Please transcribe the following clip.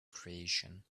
creation